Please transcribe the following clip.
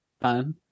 Fun